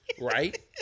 right